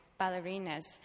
ballerinas